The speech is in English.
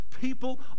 People